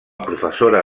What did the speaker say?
professora